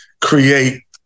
create